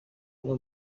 amwe